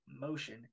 motion